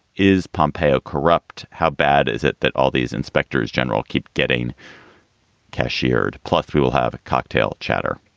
is pompeo corrupt? how bad is it that all these inspectors general keep getting cashiered? plus, we will have cocktail chatter.